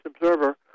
Observer